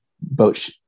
boat